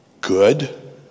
Good